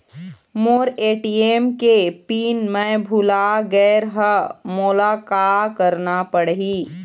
मोर ATM के PIN मैं भुला गैर ह, मोला का करना पढ़ही?